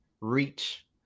reach